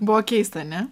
buvo keista ne